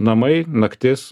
namai naktis